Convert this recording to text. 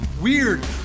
weird